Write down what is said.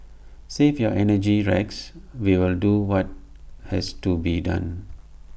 save your energy Rex we will do what has to be done